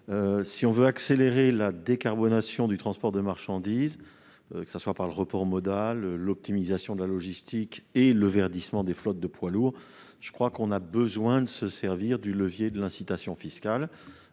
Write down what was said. Si l'on veut accélérer la décarbonation du transport de marchandises, que ce soit par le report modal, l'optimisation de la logistique et le verdissement des flottes de poids lourds, on a besoin de se servir du levier de l'incitation fiscale.